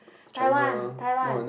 Taiwan Taiwan